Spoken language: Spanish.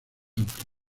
amplio